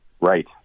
Right